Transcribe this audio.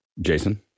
Jason